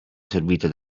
servita